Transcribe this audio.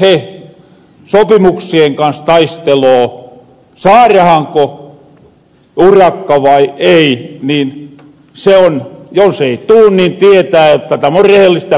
he sopimuksien kans taisteloo saarahanko urakka vai ei niin jos ei tuu niin tietää jotta täm on rehellistä peliä